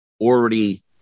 already